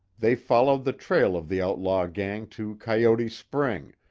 they followed the trail of the outlaw gang to coyote spring,